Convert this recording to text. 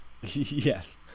Yes